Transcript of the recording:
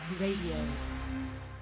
Radio